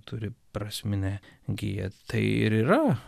turi prasminę giją tai ir yra